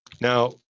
now